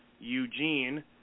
Eugene